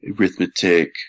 arithmetic